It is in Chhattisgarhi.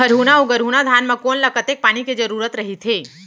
हरहुना अऊ गरहुना धान म कोन ला कतेक पानी के जरूरत रहिथे?